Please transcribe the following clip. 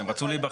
הם רצו להיבחר.